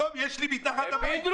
היום יש לי מתחת לבית -- פינדרוס,